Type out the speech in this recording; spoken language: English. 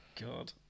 God